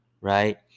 right